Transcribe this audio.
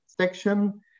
section